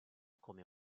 come